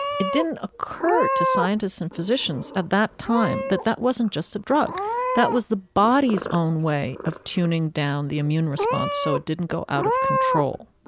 it didn't occur to scientists and physicians at that time that that wasn't just a drug that was the body's own way of tuning down the immune response so it didn't go out of control